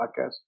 podcast